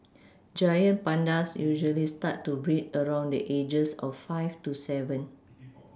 giant pandas usually start to breed around the ages of five to seven